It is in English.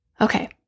Okay